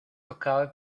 tocaba